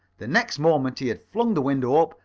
the next moment he had flung the window up,